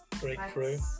Breakthrough